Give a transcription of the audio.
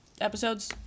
episodes